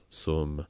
sum